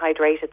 hydrated